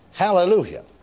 Hallelujah